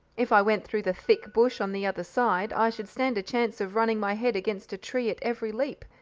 if i went through the thick bush on the other side, i should stand a chance of running my head against a tree at every leap,